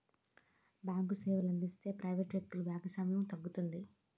bank సేవలు అందిస్తే private వ్యక్తులు భాగస్వామ్యం తగ్గుతుంది